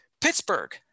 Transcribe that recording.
Pittsburgh